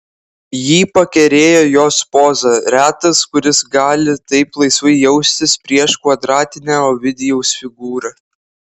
jį pakerėjo jos poza retas kuris gali taip laisvai jaustis prieš kvadratinę ovidijaus figūrą